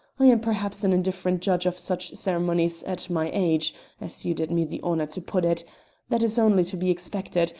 i am perhaps an indifferent judge of such ceremonies at my age as you did me the honour to put it that is only to be expected,